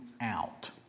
out